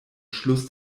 schluss